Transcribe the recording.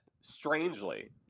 strangely